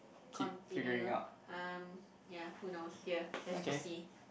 continue um ya who knows here let's just see